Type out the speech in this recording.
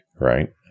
right